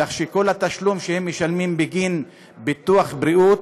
כך שכל התשלום שהם משלמים בגין ביטוח בריאות,